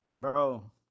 bro